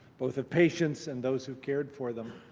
both of patients and those who cared for them.